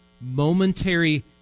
momentary